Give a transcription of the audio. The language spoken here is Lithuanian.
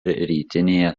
rytinėje